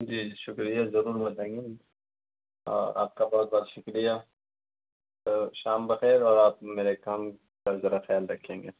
جی شُکریہ ضرور بتائیے اور آپ کا بہت بہت شُکریہ شام بخیر اور آپ میرے کام کا ذرا خیال رکھیں گے